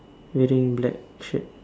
wearing black shirt